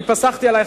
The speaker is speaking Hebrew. ופסחתי עלייך,